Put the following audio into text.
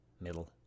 middle